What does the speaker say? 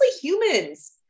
humans